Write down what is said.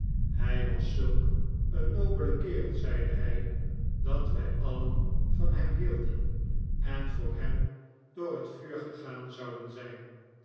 hij was zulk een nobele kerel zeide hij dat wij alien van hem hielden en voor hem door het vuur gegaan zouden zijn